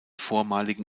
vormaligen